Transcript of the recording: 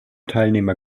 teilnehmer